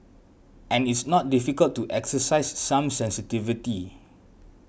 and it's not difficult to exercise some sensitivity